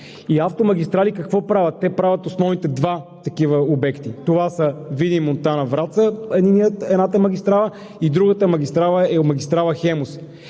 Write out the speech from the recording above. „Автомагистрали“ какво правят? Те правят основните два такива обекта. Това са Видин – Монтана – Враца, едната магистрала. И другата е магистрала „Хемус“.